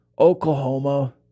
Oklahoma